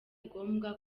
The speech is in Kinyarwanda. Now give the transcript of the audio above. ngombwa